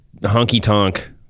honky-tonk